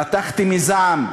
רתחתי מזעם.